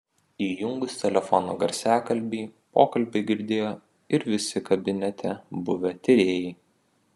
įjungus telefono garsiakalbį pokalbį girdėjo ir visi kabinete buvę tyrėjai